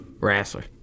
wrestler